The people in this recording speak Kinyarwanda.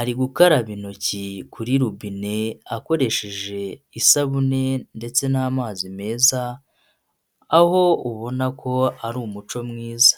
ari gukaraba intoki kuri rubine akoresheje isabune ndetse n'amazi meza, aho ubona ko ari umuco mwiza.